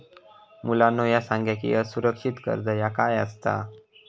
मुलांनो ह्या सांगा की असुरक्षित कर्ज म्हणजे काय आसता?